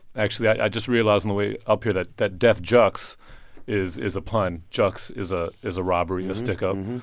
actually, i just realized on the way up here that that def jux is is a pun jux is a is a robbery, a stickup.